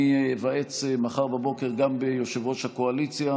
אני איוועץ מחר בבוקר גם ביושב-ראש הקואליציה